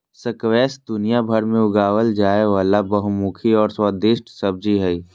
squash दुनियाभर में उगाल जाय वला बहुमुखी और स्वादिस्ट सब्जी हइ